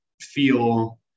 feel